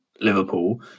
Liverpool